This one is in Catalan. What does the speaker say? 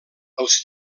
els